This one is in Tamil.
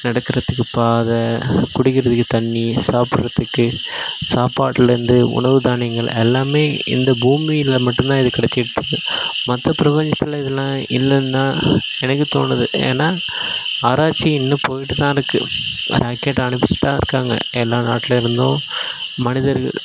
நடக்குறதுக்கு பாதை குடிக்கிறதுக்கு தண்ணி சாப்பிட்றதுக்கு சாப்பாட்டுல இருந்து உணவு தானியங்கள் எல்லாமே இந்த பூமியில் மட்டுந்தான் இது கிடச்சிட்டுருக்கு மற்ற பிரபஞ்சத்தில் இதெலாம் இல்லைனுதான் எனக்கு தோணுது ஏன்னா ஆராய்ச்சி இன்னும் போய்ட்டு தான் இருக்குது ராக்கெட் அனுப்பிச்சிவிட்டு தான் இருக்காங்க எல்லா நாட்டில் இருந்தும் மனிதர்கள்